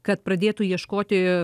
kad pradėtų ieškoti